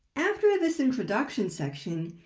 after this introduction section,